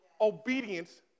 obedience